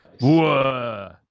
Whoa